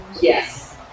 Yes